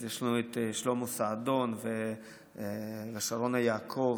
יש לנו את שלמה סעדון ושרונה יעקב.